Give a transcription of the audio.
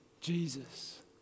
Jesus